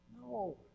No